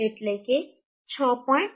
એટલે કે 6